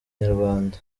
nyarwanda